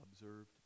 observed